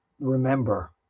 remember